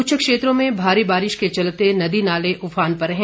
कुछ क्षेत्रों में भारी बारिश के चलते नदी नाले उफान पर हैं